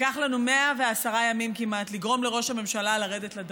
לקח לנו כמעט 110 ימים לגרום לראש הממשלה לרדת לדרום.